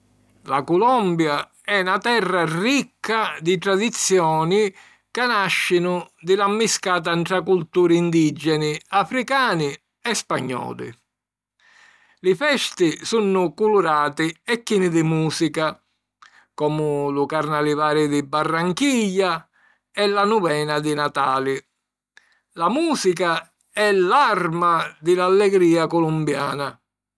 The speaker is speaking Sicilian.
La Culombia è na terra ricca di tradizioni ca nàscinu di la mmiscata ntra culturi indìgeni, africani e spagnoli. Li festi sunnu culurati e chini di mùsica, comu lu Carnalivari di Barranquilla e la Nuvena di Natali. La mùsica è l’arma di l’allegrìa culumbiana.